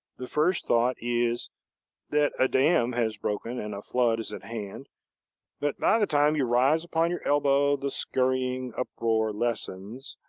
the first thought is that a dam has broken and a flood is at hand but, by the time you rise upon your elbow, the scurrying uproar lessens,